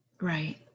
Right